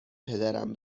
پدرم